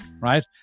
Right